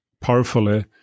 powerfully